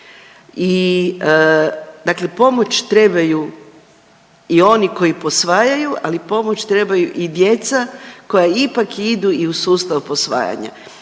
i dakle pomoći trebaju i oni koji posvajaju, ali pomoć trebaju i djeca koja ipak idu i u sustav posvajanja.